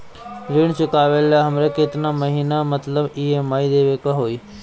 ऋण चुकावेला हमरा केतना के महीना मतलब ई.एम.आई देवे के होई?